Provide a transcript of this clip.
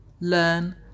learn